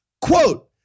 Quote